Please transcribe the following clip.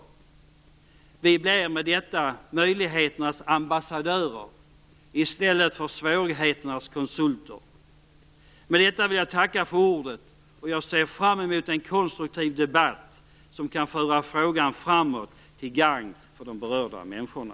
Vi blir med detta möjligheternas ambassadörer i stället för svårigheternas konsulter. Med detta vill jag tacka för ordet. Jag ser fram mot en konstruktiv debatt som kan föra frågan framåt till gagn för de berörda människorna.